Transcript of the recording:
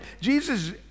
Jesus